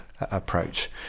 approach